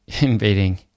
invading